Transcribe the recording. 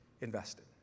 invested